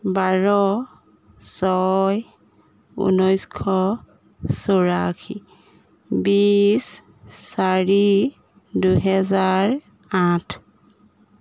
বাৰ ছয় ঊনৈছশ চৌৰাশী বিছ চাৰি দুহেজাৰ আঠ